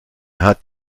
hat